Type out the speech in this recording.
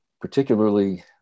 particularly